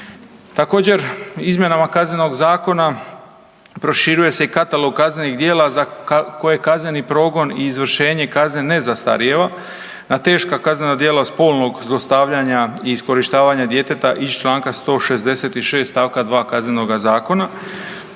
Također izmjenama KZ-a proširuje se katalog kaznenih djela koje kazneni program i izvršenje kazne ne zastarijeva na teška kaznena djela spolnog zlostavljanja i iskorištavanja djeteta iz čl. 166. st. 2. KZ-a,